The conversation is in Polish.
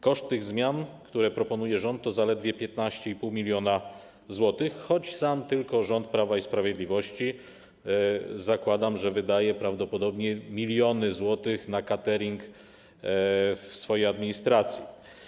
Koszt tych zmian, które proponuje rząd, to zaledwie 15,5 mln zł, choć sam tylko rząd Prawa i Sprawiedliwości, zakładam, wydaje prawdopodobnie miliony złotych na catering w swojej administracji.